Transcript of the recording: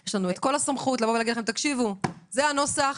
את כל הסמכות להגיד לכם: זה הנוסח,